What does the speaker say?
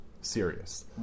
serious